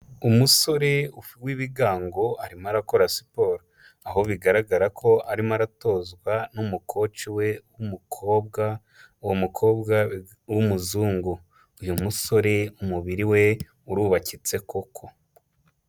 Umusore w'ibigango arimo akora siporo, aho bigaragara ko arimo aratozwa n'umukoci we w'umukobwa, uwo mukobwa w'umuzungu, uyu musore umubiri we urubakitse koko!